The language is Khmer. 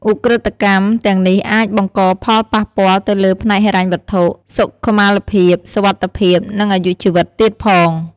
ឧក្រិដ្ឋកម្ម ទាំងនេះអាច បង្កផលប៉ះពាល់ ទៅលើ ផ្នែកហិរញ្ញវត្ថុ សុខមាលភាព សុវត្ថិភាព និង អាយុជីវិត ទៀតផង។